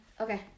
Okay